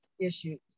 issues